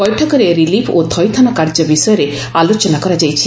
ବୈଠକରେ ରିଲିଫ୍ ଓ ଥଇଥାନ କାର୍ଯ୍ୟ ବିଷୟରେ ଆଲୋଚନା କରାଯାଇଛି